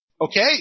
Okay